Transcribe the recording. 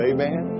Amen